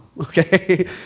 Okay